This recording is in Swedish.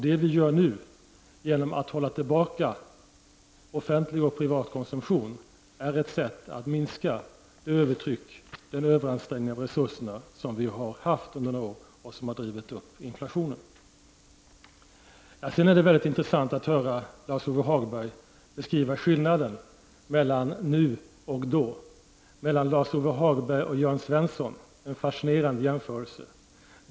Det vi gör nu genom att hålla tillbaka offentlig och privat konsumtion är att minska det övertryck, den överansträngning av resurserna, som vi har haft under några år och som har drivit upp inflationen. Sedan är det mycket intressant att höra Lars-Ove Hagberg beskriva skillnaden mellan nu och då, mellan Lars-Ove Hagberg och Jörn Svensson. Det är en fascinerande jämförelse.